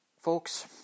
Folks